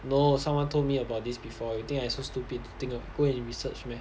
no someone told me about this before you think I so stupid to think of go and research meh